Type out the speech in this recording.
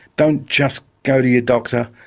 don't just go to your doctor,